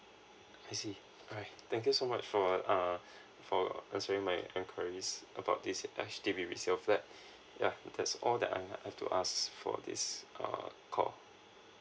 I see alright thank you so much so for uh for answering my inquiries about this H_D_B resale flat yeah that's all that I have to ask for this uh call